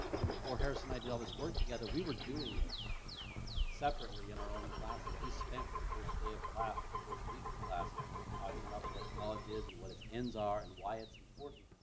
and before harris and i did all this work together, we were doing it separately in our own classes. we spent the first day of class or the first week of class talking about what college is and what its ends are and why it's important.